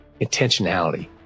intentionality